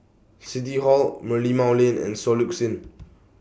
City Hall Merlimau Lane and Soluxe Inn